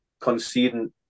conceding